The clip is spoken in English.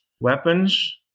weapons